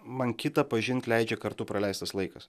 man kitą pažint leidžia kartu praleistas laikas